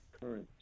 Current